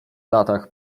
latach